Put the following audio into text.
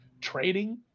trading